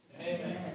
amen